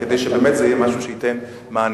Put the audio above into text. כדי שבאמת זה יהיה משהו שייתן מענה.